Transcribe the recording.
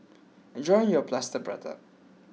enjoy your Plaster Prata